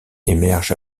émerge